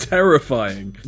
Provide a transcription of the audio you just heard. Terrifying